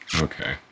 Okay